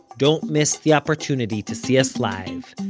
don't miss the opportunity to see us live,